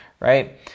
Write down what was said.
Right